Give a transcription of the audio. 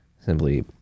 simply